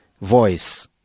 voice